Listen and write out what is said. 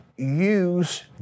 Use